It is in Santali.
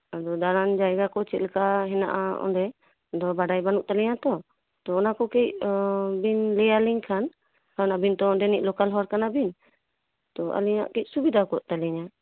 ᱟᱫᱚ ᱫᱟᱬᱟᱱ ᱡᱟᱭᱜᱟ ᱠᱚ ᱪᱮᱫᱞᱮᱠᱟ ᱦᱮᱱᱟᱜᱼᱟ ᱚᱸᱰᱮ ᱫᱚ ᱵᱟᱰᱟᱭ ᱵᱟᱹᱱᱩᱜ ᱛᱟᱹᱞᱤᱧᱟ ᱛᱚ ᱛᱚ ᱚᱱᱟᱠᱚ ᱠᱟᱹᱡ ᱵᱤᱱ ᱞᱟᱹᱭᱟᱞᱤᱧ ᱠᱷᱟᱱ ᱟᱹᱵᱤᱱ ᱛᱚ ᱚᱸᱰᱮᱱᱤᱡ ᱞᱳᱠᱟᱞ ᱦᱚᱲ ᱠᱟᱱᱟᱵᱤᱱ ᱛᱚ ᱟᱹᱞᱤᱧᱟᱜ ᱠᱟᱹᱡ ᱥᱩᱵᱤᱫᱟ ᱠᱚᱜ ᱛᱟᱹᱞᱤᱧᱟ